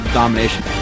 domination